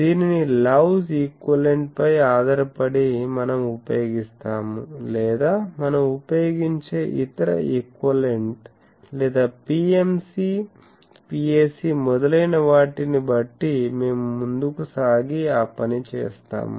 దీనిని లవ్స్ ఈక్వివలెంట్ పై ఆధారపడి మనం ఉపయోగిస్తాము లేదా మనం ఉపయోగించే ఇతర ఈక్వివలెంట్ లేదా PMC PEC మొదలైనవాటిని బట్టి మేము ముందుకు సాగి ఆ పని చేస్తాము